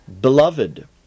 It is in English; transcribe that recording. Beloved